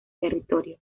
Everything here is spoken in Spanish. territorio